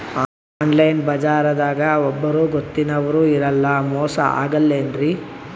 Online ಬಜಾರದಾಗ ಒಬ್ಬರೂ ಗೊತ್ತಿನವ್ರು ಇರಲ್ಲ, ಮೋಸ ಅಗಲ್ಲೆನ್ರಿ?